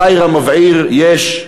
יאיר המבעיר, יש,